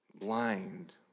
blind